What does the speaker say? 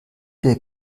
der